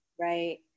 right